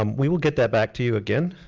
um we will get that back to you again,